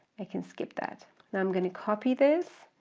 i can skip that. now i'm going to copy this,